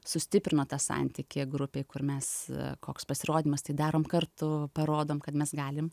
sustiprino tą santykį grupėj kur mes koks pasirodymas tai darom kartu parodom kad mes galim